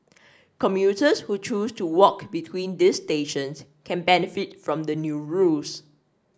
commuters who choose to walk between these stations can benefit from the new rules